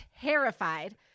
terrified